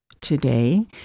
today